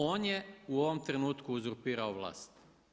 On je u ovom trenutku uzurpirao vlast.